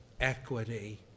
equity